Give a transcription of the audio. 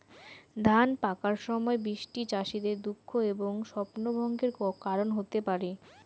ধান পাকার সময় বৃষ্টি চাষীদের দুঃখ এবং স্বপ্নভঙ্গের কারণ হতে পারে